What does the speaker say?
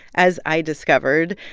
as i discovered,